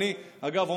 אגב,